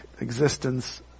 existence